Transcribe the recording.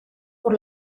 por